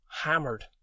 hammered